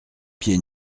pieds